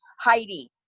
Heidi